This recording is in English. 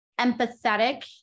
empathetic